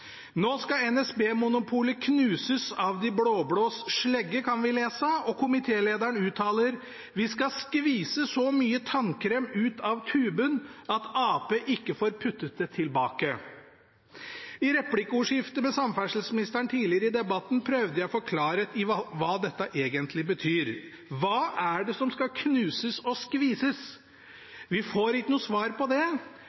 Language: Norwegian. Nå skal NSB-monopolet knuses av de blå-blås slegge, kan vi lese, og komitélederen uttaler: «Vi skal skvise så mye tannkrem ut av tuben at Ap ikke får puttet det tilbake.» I replikkordskiftet med samferdselsministeren tidligere i debatten prøvde jeg å få klarhet i hva dette egentlig betyr. Hva er det som skal knuses og skvises?